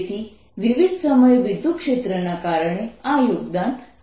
તેથી વિવિધ સમયે વિદ્યુતક્ષેત્ર ના કારણે આ યોગદાન છે